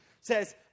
says